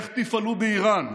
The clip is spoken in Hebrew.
איך תפעלו באיראן,